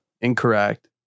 Incorrect